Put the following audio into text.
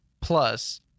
Plus